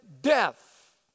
death